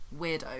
weirdo